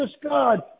God